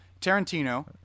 Tarantino